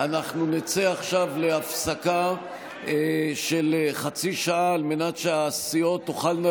אנחנו נצא עכשיו להפסקה של חצי שעה על מנת שהסיעות תוכלנה